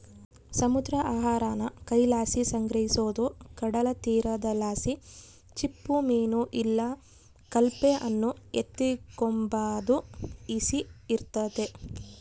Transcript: ಸಮುದ್ರ ಆಹಾರಾನ ಕೈಲಾಸಿ ಸಂಗ್ರಹಿಸೋದು ಕಡಲತೀರದಲಾಸಿ ಚಿಪ್ಪುಮೀನು ಇಲ್ಲ ಕೆಲ್ಪ್ ಅನ್ನು ಎತಿಗೆಂಬಾದು ಈಸಿ ಇರ್ತತೆ